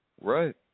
right